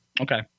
okay